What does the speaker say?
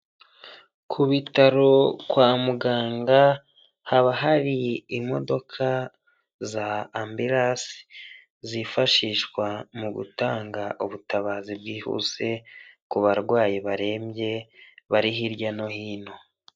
Ku bitaro, kwa muganga, haba hari imodoka za ambirasi zifashishwa mu gutanga ubutabazi bwihuse ku barwayi barembye, bari hirya no hino.